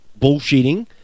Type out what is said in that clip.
bullshitting